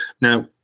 now